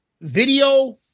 video